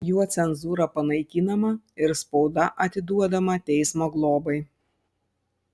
juo cenzūra panaikinama ir spauda atiduodama teismo globai